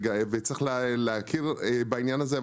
צריך להכיר בעניין הזה.